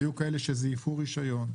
היו כאלה שזייפו רישיון.